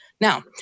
Now